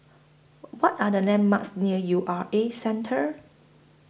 What Are The landmarks near U R A Centre